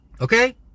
okay